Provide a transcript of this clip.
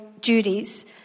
duties